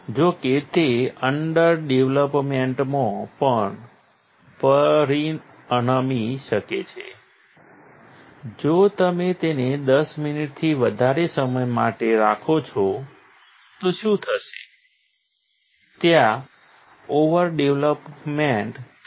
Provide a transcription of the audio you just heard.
જો કે તે અન્ડરડેવલપમેન્ટમાં પણ પરિણમી શકે છે જો તમે તેને 10 મિનિટથી વધારે સમય માટે રાખો છો તો શું થશે ત્યાં ઓવરડેવલોપમેંટ થશે